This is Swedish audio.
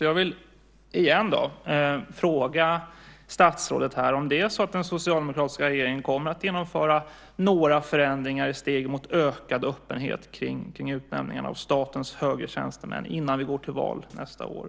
Jag vill igen fråga statsrådet om den socialdemokratiska regeringen kommer att genomföra några förändringar i steg mot ökad öppenhet kring utnämningarna av statens högre tjänstemän innan vi går till val nästa år.